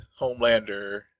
Homelander